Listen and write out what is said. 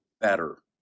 better